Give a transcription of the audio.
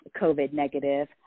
COVID-negative